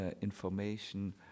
information